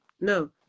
No